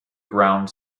ground